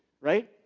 Right